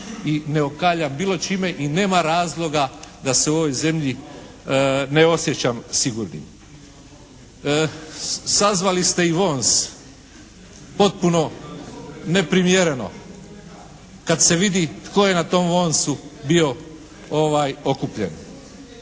i neokaljan bilo čime i nema razloga da se u ovoj zemlji ne osjećam sigurnim. Sazvali ste i VONS potpuno neprimjereno kad se vidi tko je na tom VONS-u bio okupljen.